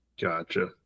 gotcha